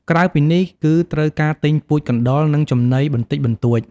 ក្រៅពីនេះគឺត្រូវការទិញពូជកណ្តុរ និងចំណីបន្តិចបន្តួច។